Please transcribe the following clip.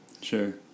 Sure